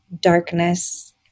darkness